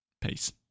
Peace